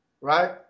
right